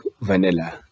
vanilla